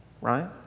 right